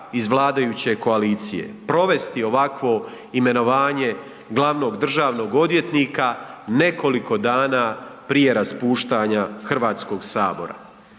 iz vladajuće koalicije provesti ovakvo imenovanje glavnog državnog odvjetnika nekoliko dana prije raspuštanja Hrvatskog sabora.